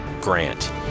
GRANT